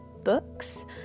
books